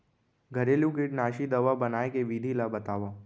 घरेलू कीटनाशी दवा बनाए के विधि ला बतावव?